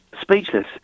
speechless